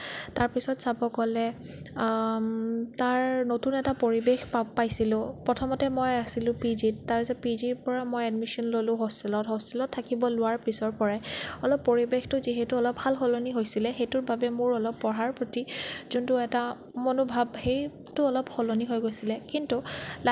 তাৰ পিছত চাব গ'লে তাৰ নতুন এটা পৰিৱেশ পাইছিলোঁ প্ৰথমতে মই আছিলো পিজিত তাৰপিছত পিজিৰপৰা মই এডমিশ্বন ল'লো হোষ্টেলত হোষ্টেলত থাকিবলৈ লোৱাৰ পিছৰ পৰাই অলপ পৰিৱেশটো যিহেতু অলপ সালসলনি হৈছিলে সেইটোৰ বাবে মোৰ অলপ পঢ়াৰ প্ৰতি যোনটো এটা মনোভাৱ সেইটো অলপ সলনি হৈ গৈছিলে কিন্তু